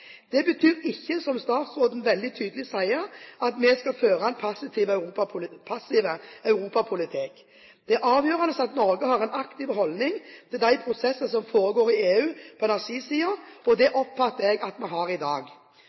Dette betyr ikke – slik statsråden veldig tydelig sier – at vi skal føre en passiv europapolitikk. Det er avgjørende at Norge har en aktiv holdning til de prosesser som foregår i EU på energisiden, og det oppfatter jeg at vi har i dag.